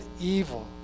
evil